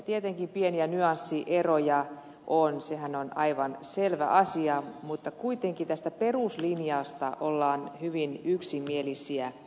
tietenkin pieniä nyanssieroja on sehän on aivan selvä asia mutta kuitenkin tästä peruslinjasta ollaan hyvin yksimielisiä